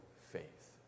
faith